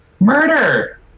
Murder